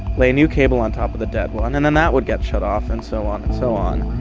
lay new cable on top of the dead one and then that would get shut off, and so on and so on.